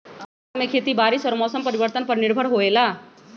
भारत में खेती बारिश और मौसम परिवर्तन पर निर्भर होयला